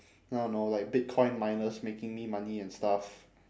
I don't know like bitcoin miners making me money and stuff